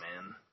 man